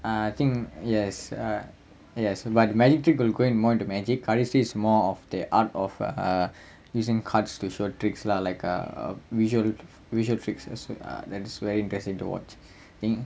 uh I think yes ah yes but magic tricks got go into more of magic cardistry is more of the art of using cards to show tricks lah like uh visual visual tricks also ya that's very interesting to watch